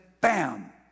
bam